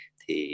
thì